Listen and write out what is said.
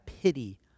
pity